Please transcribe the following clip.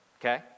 okay